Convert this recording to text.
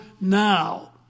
now